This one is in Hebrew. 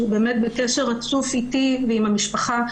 שהוא באמת בקשר רצוף אתי ועם המשפחה,